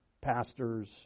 pastors